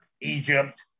egypt